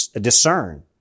discern